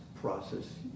process